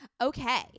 Okay